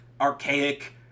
archaic